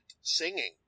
singing